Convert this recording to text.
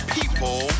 people